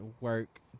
work